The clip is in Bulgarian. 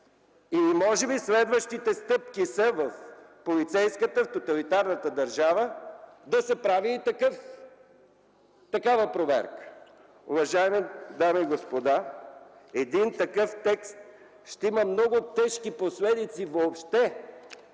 Или може би следващите стъпки са в полицейската, в тоталитарната държава да се прави и такава проверка?! Уважаеми дами и господа, един такъв текст ще има много тежки последици въобще